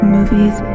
Movies